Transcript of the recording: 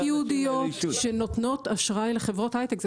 ייעודיות שנותנות אשראי לחברות הייטק,